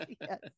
yes